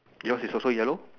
yours is also yellow